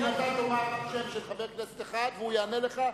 אם אתה תאמר שם של חבר כנסת אחד והוא יענה לך,